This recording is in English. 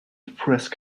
frisk